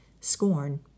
scorn